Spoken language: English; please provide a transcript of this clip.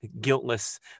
guiltless